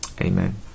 amen